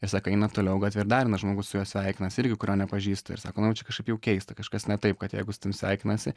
ir sako eina toliau gatve ir dar vienas žmogus su juo sveikinasi irgi kurio nepažįstu ir sako nu jau čia kažkaip jau keista kažkas ne taip kad jeigu su tavim sveikinasi